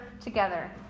together